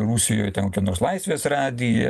rusijoj ten kokia nors laisvės radija